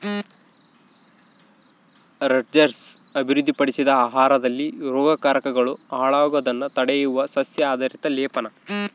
Rutgers ಅಭಿವೃದ್ಧಿಪಡಿಸಿದ ಆಹಾರದಲ್ಲಿ ರೋಗಕಾರಕಗಳು ಹಾಳಾಗೋದ್ನ ತಡೆಯುವ ಸಸ್ಯ ಆಧಾರಿತ ಲೇಪನ